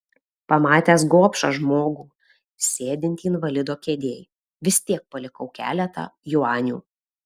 pamatęs gobšą žmogų sėdintį invalido kėdėj vis tiek palikau keletą juanių